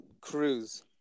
cruise